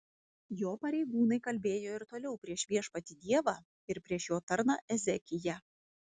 jo pareigūnai kalbėjo ir toliau prieš viešpatį dievą ir prieš jo tarną ezekiją